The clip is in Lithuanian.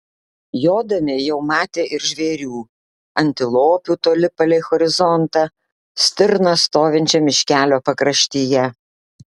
jodami jau matė ir žvėrių antilopių toli palei horizontą stirną stovinčią miškelio pakraštyje